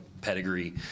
pedigree